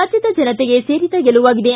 ರಾಜ್ಯದ ಜನತೆಗೆ ಸೇರಿದ ಗೆಲುವಾಗಿದೆ